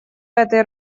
этой